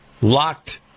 locked